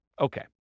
Okay